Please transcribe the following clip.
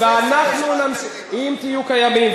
אם תהיו קיימים,